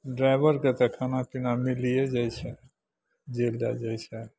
ड्राइबरके तऽ खाना पिना मिलिये जाइ छै जे लए जाइ छै